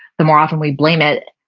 the more often we blame it,